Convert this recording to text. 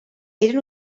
eren